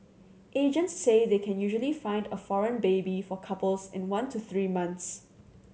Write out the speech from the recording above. agents say they can usually find a foreign baby for couples in one to three months